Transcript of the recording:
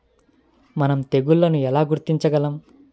మనం తెగుళ్లను ఎలా గుర్తించగలం?